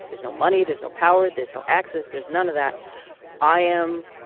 there's no money there's no power there's no access there's none of that i am